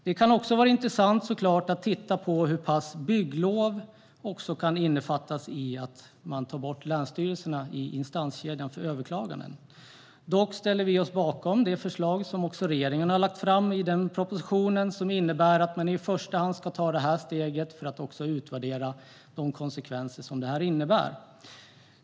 Det kan också vara intressant att titta på i vilken mån bygglov kan innefattas i att man tar bort länsstyrelserna från instanskedjan för överklaganden. Dock ställer vi oss bakom det förslag som regeringen har lagt fram i propositionen och som innebär att man i första hand ska ta detta steg för att utvärdera de konsekvenser det innebär.